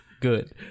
good